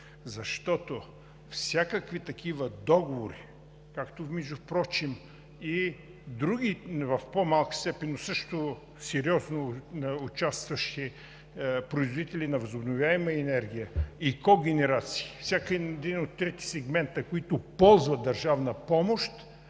защото всякакви такива договори, както впрочем и други в по-малка степен, но също сериозно участващи производители на възобновяема енергия и когенерации – всеки един от третия сегмент, които ползват държавна помощ,